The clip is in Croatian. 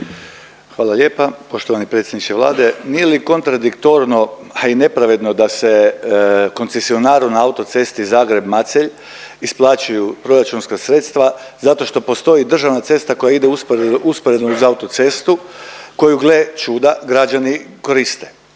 Hvala lijepa. Poštovani predsjedniče Vlade, nije li kontradiktorno, a i nepravedno da se koncesionaru na autocesti Zagreb-Macelj isplaćuju proračunska sredstva zato što postoji državna cesta koja ide usporedno uz autocestu koju gle čuda, građani koriste.